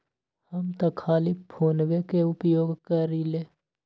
हम तऽ खाली फोनेपे के उपयोग करइले